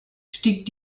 stieg